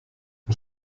und